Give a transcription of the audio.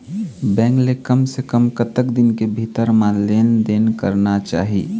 Bank ले कम से कम कतक दिन के भीतर मा लेन देन करना चाही?